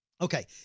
Okay